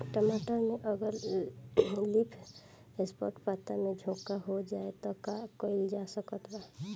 टमाटर में अगर लीफ स्पॉट पता में झोंका हो जाएँ त का कइल जा सकत बा?